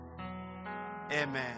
Amen